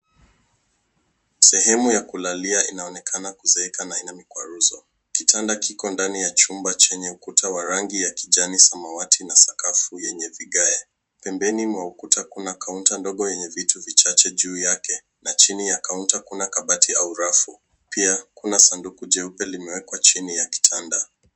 Sehemu ya kulalia inaonekana kuzeeka na ina mikwaruzo. Kitanda kiko ndani ya chumba chenye ukuta wa rangi ya kijani samawati na sakafu yenye vigae. Pembeni mwa ukuta kuna kaunta ndogo yenye vitu vichache juu yake na chini ya kaunta kuna kabati au rafu. pia kuna sanduku jeupe limewekwa chini ya kitanda.